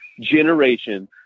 generation